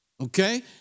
Okay